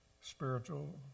spiritual